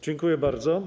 Dziękuję bardzo.